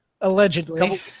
Allegedly